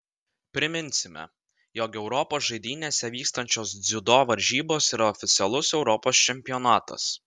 priminsime jog europos žaidynėse vykstančios dziudo varžybos yra oficialus europos čempionatas